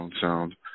sound